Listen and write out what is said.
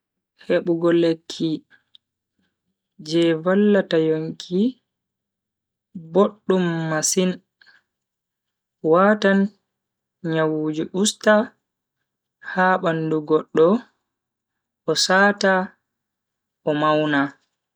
Hebugo lekki je vallata yonki boddum masin. watan nyawuji usta ha bandu goddo o saata o mauna.